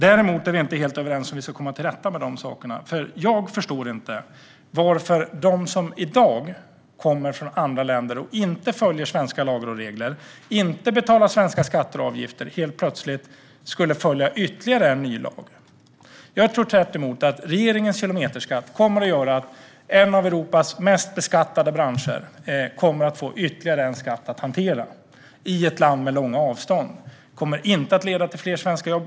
Däremot är vi inte helt överens om hur vi ska komma till rätta med de sakerna. Jag förstår inte varför de som i dag kommer från andra länder och inte följer svenska lagar och regler, inte betalar svenska skatter och avgifter, helt plötsligt skulle följa ytterligare en ny lag. Jag tror tvärtemot att regeringens kilometerskatt kommer att göra att en av Europas mest beskattade branscher kommer att få ytterligare en skatt att hantera i ett land med långa avstånd. Det kommer inte att leda till fler svenska jobb.